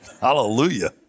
Hallelujah